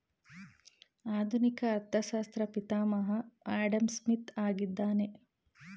ಆಧುನಿಕ ಅರ್ಥಶಾಸ್ತ್ರ ಪಿತಾಮಹ ಆಡಂಸ್ಮಿತ್ ಆಗಿದ್ದಾನೆ